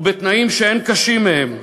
ובתנאים שאין קשים מהם,